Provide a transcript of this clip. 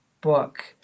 book